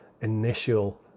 initial